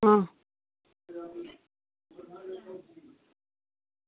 आं